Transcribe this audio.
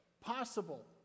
possible